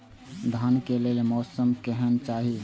धान के लेल मौसम केहन चाहि?